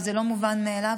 וזה לא מובן מאליו,